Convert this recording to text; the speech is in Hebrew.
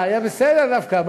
היה בסדר דווקא.